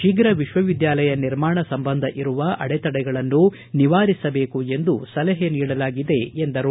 ಶೀಘ್ರ ವಿಶ್ವವಿದ್ಯಾಲಯ ನಿರ್ಮಾಣ ಸಂಬಂಧ ಇರುವ ಅಡತಡೆಗಳನ್ನು ನಿವಾರಿಸಬೇಕು ಎಂದು ಸಲಹೆ ನೀಡಲಾಗಿದೆ ಎಂದರು